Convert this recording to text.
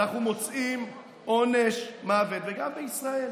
אנחנו מוצאים עונש מוות, וגם בישראל